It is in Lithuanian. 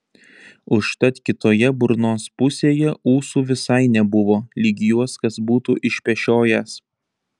užtat kitoje burnos pusėje ūsų visai nebuvo lyg juos kas būtų išpešiojęs